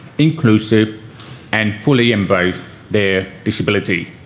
inclusive and fully embrace their disability.